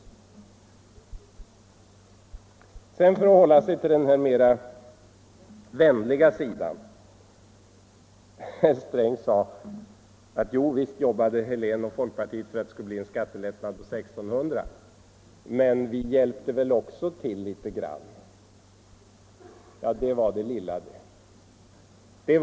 Jag skall sedan hålla mig till den mera vänliga sidan. Herr Sträng sade: Visst jobbade Helén och folkpartiet för att det skulle bli en skattelättnad på 1600 kr., men vi hjälpte väl till litet grand. Det var det lilla det!